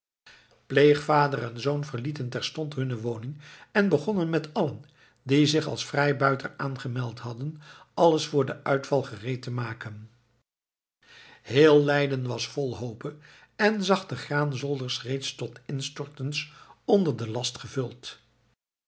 pleegvader en zoon verlieten terstond hunne woning en begonnen met allen die zich als vrijbuiter aangemeld hadden alles voor den uitval gereed te maken heel leiden was vol hope en zag de graanzolders reeds tot instortens onder den last gevuld